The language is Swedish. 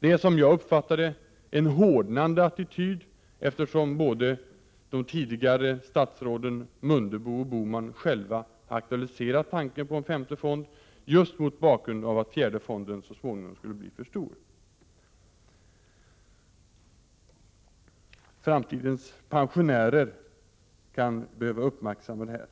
Det är, som jag uppfattar det, en hårdnande attityd, eftersom de tidigare statsråden Mundebo och Bohman själva aktualiserade tanken på en femte fond, just mot bakgrunden av att fjärde fonden så småningom skulle bli för stor. Framtidens pensionärer bör uppmärksamma detta.